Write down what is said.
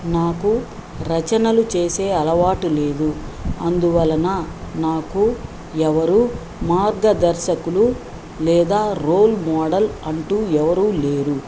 నాకు రచనలు చేసే అలవాటు లేదు అందువలన నాకు ఎవరూ మార్గదర్శకులు లేదా రోల్మోడల్ అంటూ ఎవరూ లేరు